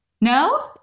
No